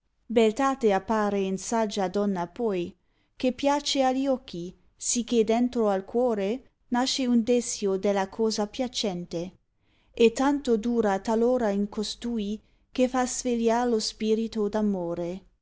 stagione beltate appare in saggia donna pui che piace agli occhi sicché dentro al core nasce un desio della cosa piacente tanto dura talora in costui che fa svegliar lo spirito